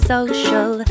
Social